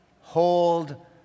hold